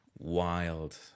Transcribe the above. Wild